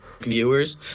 viewers